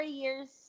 years